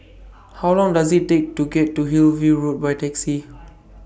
How Long Does IT Take to get to Hillview Road By Taxi